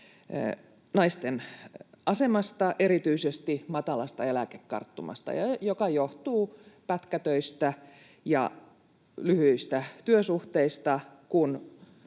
naisten asemasta, erityisesti matalasta eläkekarttumasta, joka johtuu pätkätöistä ja lyhyistä työsuhteista,